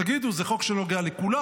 תגידו: זה חוק שנוגע לכולם.